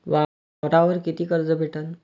वावरावर कितीक कर्ज भेटन?